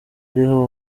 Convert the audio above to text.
ariho